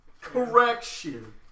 Correction